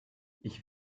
ich